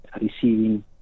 receiving